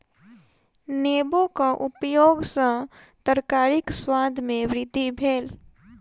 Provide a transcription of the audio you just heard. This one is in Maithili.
नेबोक उपयग सॅ तरकारीक स्वाद में वृद्धि भेल